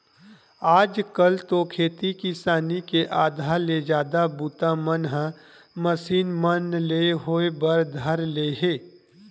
आज कल तो खेती किसानी के आधा ले जादा बूता मन ह मसीन मन ले होय बर धर ले हे